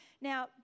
Now